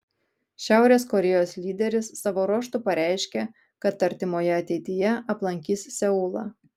šiaurės korėjos lyderis savo ruožtu pareiškė kad artimoje ateityje aplankys seulą